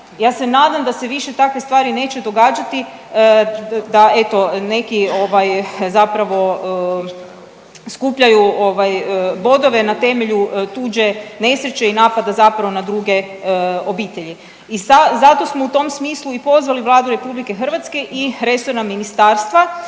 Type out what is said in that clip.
Ja se nadam da se više takve stvari neće događati, da eto neki ovaj zapravo skupljaju ovaj bodove na temelju tuđe nesreće i napada zapravo na druge obitelji. I zato smo u tom smislu i pozvali Vladu RH i resorna ministarstva